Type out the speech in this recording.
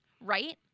Right